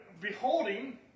beholding